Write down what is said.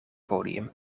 podium